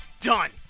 Done